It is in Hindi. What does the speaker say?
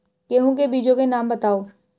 गेहूँ के बीजों के नाम बताओ?